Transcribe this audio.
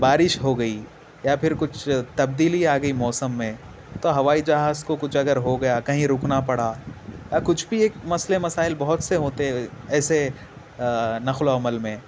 بارش ہو گئی یا پھر کچھ تبدیلی آ گئی موسم میں تو ہوائی جہاز کو کچھ اگر ہو گیا کہیں رکنا پڑا اور کچھ بھی ایک مسئلے مسائل بہت سے ہوتے ہے ایسے نقل و حمل میں